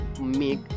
make